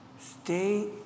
stay